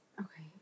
Okay